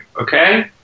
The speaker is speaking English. Okay